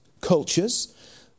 cultures